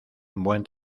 buen